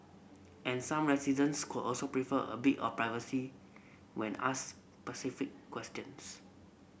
and some residents could also prefer a bit of privacy when asked specific questions